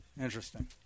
Interesting